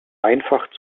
einfach